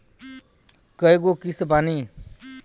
कय गो किस्त बानी?